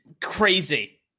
Crazy